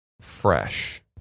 fresh